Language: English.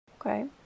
Okay